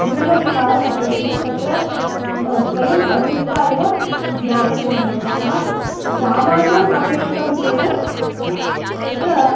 मूलं सारमपेक्षितं तत्र स्व स्वयं पठित्वा एव ज्ञातव्यं भवति अतः प्रामाण्यम् अपेक्षितं चेत् तत्र